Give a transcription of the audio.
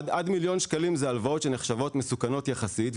עד מיליון ₪ אלה הלוואות שנחשבות מסוכנות יחסית,